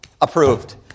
approved